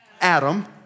Adam